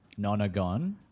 Nonagon